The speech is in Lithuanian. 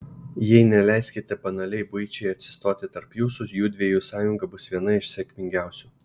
jei neleiskite banaliai buičiai atsistoti tarp jūsų judviejų sąjunga bus viena iš sėkmingiausių